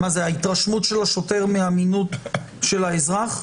האם זו ההתרשמות של השוטר מהאמינות של האזרח?